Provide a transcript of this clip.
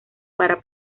para